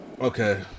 Okay